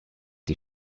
die